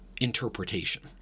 interpretation